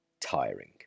tiring